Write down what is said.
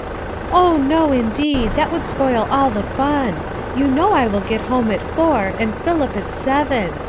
oh, no, indeed, that would spoil all the fun you know i will get home at four and philip at seven.